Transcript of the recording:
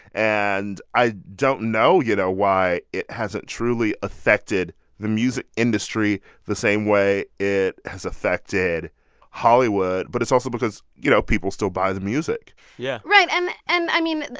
and i don't know, you know, why it hasn't truly affected the music industry the same way it has affected hollywood. but it's also because, you know, people still buy the music yeah right. and and, i mean,